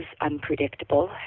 unpredictable